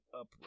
up